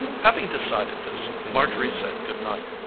having decided this, marjorie said good night.